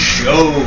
show